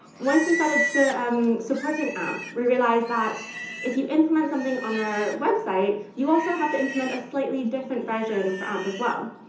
once we started so um supporting amp, we realized that if you implement something on our website, you also have to implement a slightly different version for amp, as well.